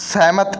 ਸਹਿਮਤ